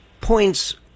points